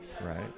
right